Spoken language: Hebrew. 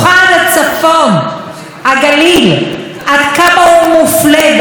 עד כמה הוא מופלה ועד כמה בפריפריה אין שוויון.